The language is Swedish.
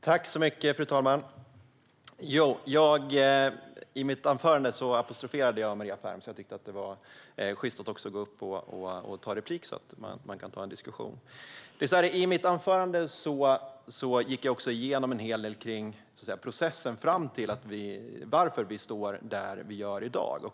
Fru talman! I mitt anförande apostroferade jag Maria Ferm. Jag tyckte därför att det var sjyst att gå upp och ta replik, så att vi kan ta en diskussion. I mitt anförande gick jag igenom en hel del rörande processen som lett fram till att vi står där vi står i dag.